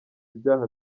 ibyaha